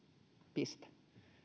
piste